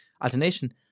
alternation